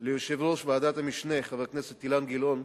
ליושב-ראש ועדת המשנה, חבר הכנסת אילן גילאון,